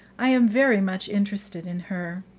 i am very much interested in her.